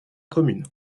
commune